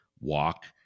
walk